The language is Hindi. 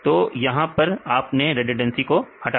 तो यहां पर आपने रिडंडेंसी को हटा दिया